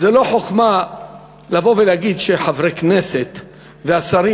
זו לא חוכמה לבוא ולהגיד שחברי הכנסת והשרים